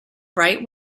right